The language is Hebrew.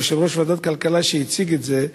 יושב-ראש ועדת הכלכלה הציג את זה,